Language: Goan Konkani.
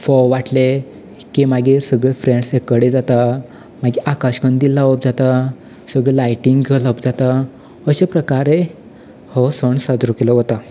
फोव वांटले की मागीर सगली फ्रेंड्स एक कडे जाता मागी आकाशकंदील लावप जाता सगलें लायटनींग घालप जाता अशे प्रकारे हो सण साजरे केलो वता